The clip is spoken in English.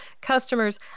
customers